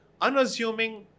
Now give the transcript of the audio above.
unassuming